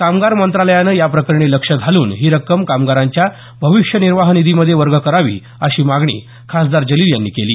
कामगार मंत्रालयानं या प्रकरणी लक्ष घालून ही रक्कम कामगारांच्या भविष्य निर्वाह निधीमध्ये वर्ग करावी अशी मागणी खासदार जलील यांनी केली